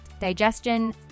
digestion